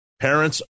Parents